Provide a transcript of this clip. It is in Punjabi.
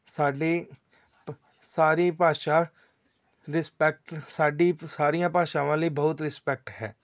ਸਾਡੀ ਸਾਰੀ ਭਾਸ਼ਾ ਰਿਸਪੈਕਟ ਸਾਡੀ ਸਾਰੀਆਂ ਭਾਸ਼ਾਵਾਂ ਲਈ ਬਹੁਤ ਰਿਸਪੈਕਟ ਹੈ